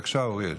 בבקשה, אוריאל.